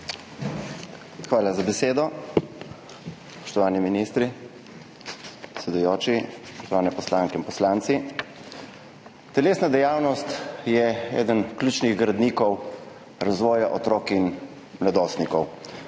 Hvala za besedo. Spoštovani ministri, predsedujoči, spoštovani poslanke in poslanci! Telesna dejavnost je eden ključnih gradnikov razvoja otrok in mladostnikov.